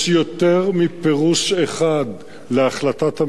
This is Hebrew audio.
יש יותר מפירוש אחד להחלטת הממשלה.